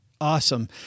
Awesome